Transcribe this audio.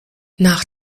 nach